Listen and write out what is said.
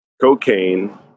cocaine